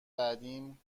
بعدیم